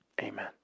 Amen